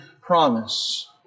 promise